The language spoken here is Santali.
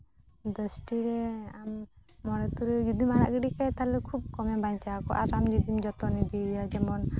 ᱫᱚᱥᱴᱤ ᱨᱮ ᱟᱢ ᱢᱚᱬᱮ ᱛᱩᱨᱩᱭ ᱡᱩᱫᱤᱢ ᱟᱲᱟᱜ ᱜᱤᱰᱤ ᱠᱟᱭᱟ ᱛᱟᱦᱚᱞᱮ ᱠᱷᱩᱵ ᱠᱚᱢᱮ ᱵᱟᱧᱪᱟᱣ ᱠᱚᱣᱟ ᱟᱨ ᱟᱢ ᱡᱩᱫᱤᱢ ᱡᱚᱛᱚᱱ ᱤᱫᱤᱭᱮᱭᱟ ᱡᱮᱢᱚᱱ